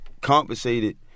compensated